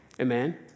Amen